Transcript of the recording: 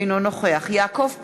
אינו נוכח יעקב פרי,